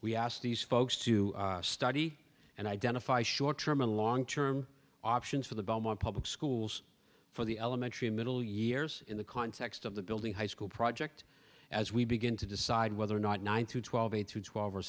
we asked these folks to study and identify short term and long term options for the belmont public schools for the elementary and middle years in the context of the building high school project as we begin to decide whether or not nine through twelve a through twelve or